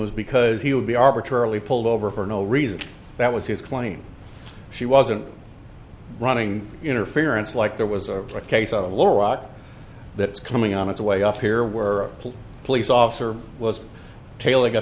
was because he would be arbitrarily pulled over for no reason that was his claim she wasn't running interference like there was a case of little rock that was coming on its way up here were full police officer was tail like a